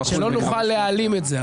שלא נוכל להעלים את זה.